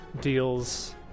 deals